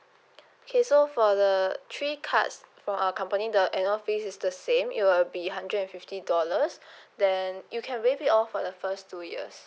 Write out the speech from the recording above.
okay so for the three cards from our company the annual fees is the same it will be hundred and fifty dollars then you can waive it off for the first two years